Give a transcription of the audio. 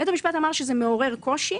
בית המשפט אמר שזה מעורר קושי